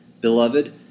Beloved